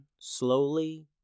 slowly